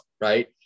right